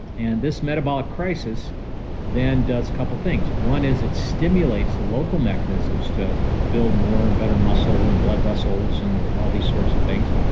and this metabolic crisis then does a couple things one is it stimulates local mechanisms to build more and better muscle and blood vessels and all these sorts of things,